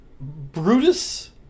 Brutus